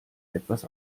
etwas